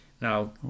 Now